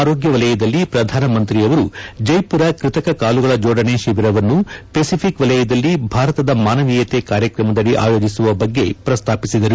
ಆರೋಗ್ಯ ವಲಯದಲ್ಲಿ ಪ್ರಧಾನ ಮಂತ್ರಿಯವರು ಜೈಪುರ ಕೃತಕ ಕಾಲುಗಳ ಜೋಡಣೆ ಶಿಬಿರವನ್ನು ಪೆಸಿಫಿಕ್ ವಲಯದಲ್ಲಿ ಭಾರತದ ಮಾನವೀಯತೆ ಕಾರ್ಯಕ್ರಮದಡಿ ಆಯೋಜಿಸುವ ಬಗ್ಗೆ ಪ್ರಸ್ತಾಪಿಸಿದರು